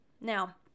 Now